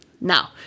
Now